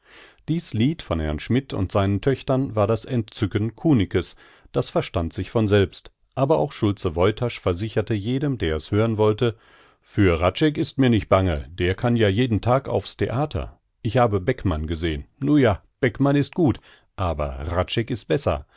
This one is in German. dies lied von herrn schmidt und seinen töchtern war das entzücken kunicke's das verstand sich von selbst aber auch schulze woytasch versicherte jedem der es hören wollte für hradscheck ist mir nicht bange der kann ja jeden tag aufs theater ich habe beckmann gesehn nu ja beckmann is gut aber hradscheck is besser